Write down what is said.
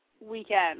weekend